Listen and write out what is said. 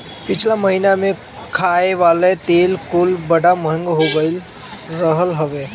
पिछला महिना में खाए वाला तेल कुल बड़ा महंग हो गईल रहल हवे